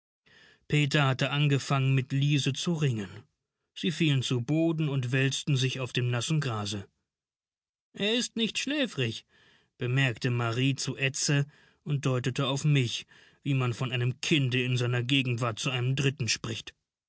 peter hatte angefangen mit liese zu ringen sie fielen zu boden und wälzten sich auf dem nassen grase er ist nicht schläfrig bemerkte marrie zu edse und deutete auf mich wie man von einem kinde in seiner gegenwart zu einem dritten spricht